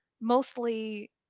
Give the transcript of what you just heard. mostly